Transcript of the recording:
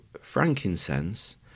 frankincense